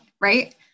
Right